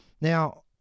Now